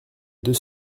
deux